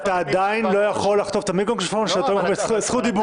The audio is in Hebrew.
ואתה עדיין לא יכול לחטוף את המיקרופון כשאתה לא בזכות דיבור.